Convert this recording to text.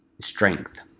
strength